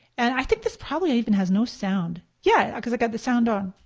and i think this probably even has no sound. yeah, cause i've got the sound on.